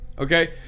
Okay